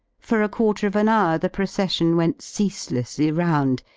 for a quarter of an hour the procession went ceaselessly round,